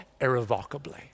irrevocably